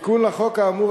תיקון לחוק האמור,